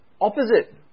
opposite